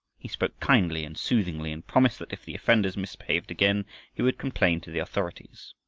he spoke kindly, and soothingly, and promised that if the offenders misbehaved again he would complain to the authorities.